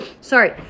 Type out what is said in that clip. Sorry